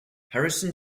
harrison